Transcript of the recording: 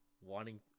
wanting